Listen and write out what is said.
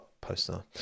poster